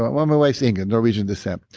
but well, my wife inga, norwegian descent.